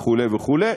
וכו' וכו',